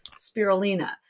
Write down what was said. spirulina